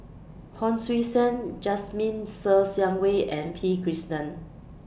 Hon Sui Sen Jasmine Ser Xiang Wei and P Krishnan